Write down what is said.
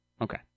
Okay